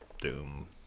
Doom